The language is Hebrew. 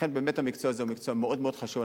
לכן, המקצוע הזה הוא מקצוע מאוד מאוד חשוב.